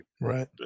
right